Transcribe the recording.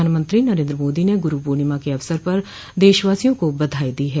प्रधानमंत्री नरेंद्र मोदी ने गुरु पूर्णिमा के अवसर पर देशवासियों को बधाई दी है